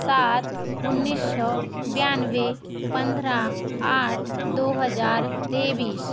सात उन्नीस सौ बानवे पंद्रह आठ दो हजार तेईस